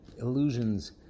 illusions